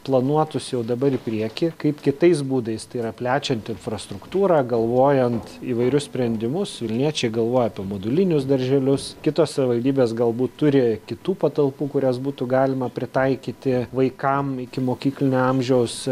planuotųs jau dabar į priekį kaip kitais būdais tai yra plečiant infrastruktūrą galvojant įvairius sprendimus vilniečiai galvoja apie modulinius darželius kitos savivaldybės galbūt turi kitų patalpų kurias būtų galima pritaikyti vaikam ikimokyklinio amžiaus